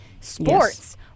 sports